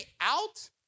out